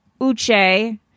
Uche